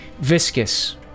Viscous